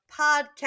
podcast